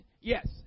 yes